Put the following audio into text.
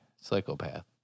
psychopath